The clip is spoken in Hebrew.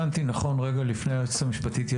רגע לפני שהיועצת המשפטית תדבר,